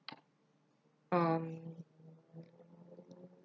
um